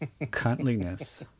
cuntliness